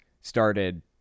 started